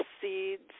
Seeds